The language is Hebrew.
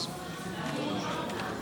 והרווחה לוועדת